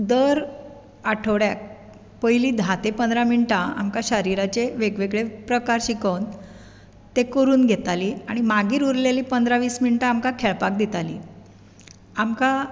दर आठवड्याक पयलीं धा ते पंदरां मिणटां आमकां शारिराचे वेगवेगळे प्रकार शिकोवन ते करून घेतालीं आनी मागीर उरलेलीं पंदरा वीस मिणटां आमकां खेळपाक दितालीं